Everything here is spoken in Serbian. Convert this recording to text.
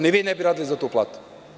Ni vi ne biste radili za tu platu.